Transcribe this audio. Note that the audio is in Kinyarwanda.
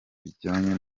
bijyanye